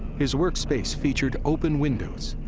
his workspace featured open windows,